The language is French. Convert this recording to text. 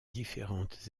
différentes